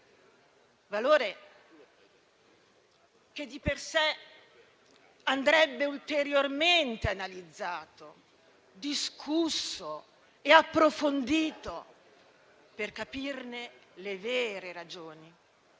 valore che di per sé andrebbe ulteriormente analizzato, discusso e approfondito per capirne le vere ragioni.